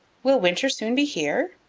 will winter soon be here?